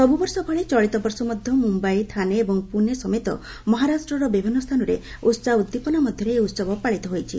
ସବୁବର୍ଷ ଭଳି ଚଳିତବର୍ଷ ମଧ୍ୟ ମୁମ୍ୟାଇ ଥାନେ ଏବଂ ପୁନେ ସମେତ ମହାରାଷ୍ଟ୍ରର ବିଭିନ୍ନ ସ୍ଥାନରେ ଉହାହ ଉଦ୍ଦୀପନା ମଧ୍ୟରେ ଏହି ଉହବ ପାଳିତ ହୋଇଛି